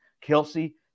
Kelsey